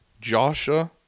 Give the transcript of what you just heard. Joshua